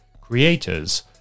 creators